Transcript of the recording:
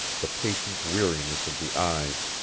the patient weariness of the eyes.